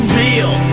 real